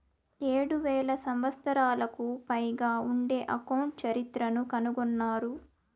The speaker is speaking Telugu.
ఏడు వేల సంవత్సరాలకు పైగా ఉండే అకౌంట్ చరిత్రను కనుగొన్నారు